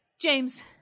James